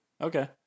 Okay